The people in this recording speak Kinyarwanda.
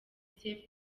sefu